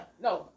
no